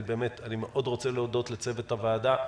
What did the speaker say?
אני מאוד רוצה להודות לצוות הוועדה.